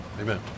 Amen